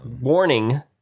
warning